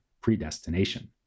predestination